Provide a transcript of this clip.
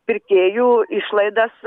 pirkėjų išlaidas